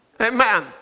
Amen